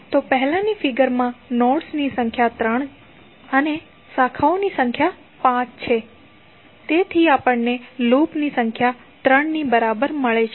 તો પહેલાની ફિગર માં નોડ્સ ની સંખ્યા 3 અને શાખાઓની સંખ્યા 5 છે તેથી આપણને લૂપ ની સંખ્યા 3 ની બરાબર મળે છે